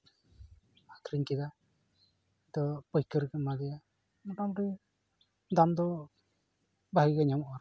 ᱟᱠᱷᱨᱤᱧ ᱠᱮᱫᱟ ᱟᱫᱚ ᱯᱟᱹᱭᱠᱟᱹᱨᱮᱢ ᱮᱢᱟᱫᱮᱭᱟ ᱢᱚᱴᱟᱢᱩᱴᱤ ᱫᱟᱢ ᱫᱚ ᱵᱷᱟᱹᱜᱤ ᱜᱮ ᱧᱟᱢᱚᱜᱼᱟ